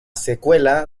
secuela